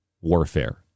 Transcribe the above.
warfare